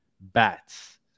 bats